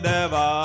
Deva